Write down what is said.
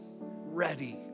ready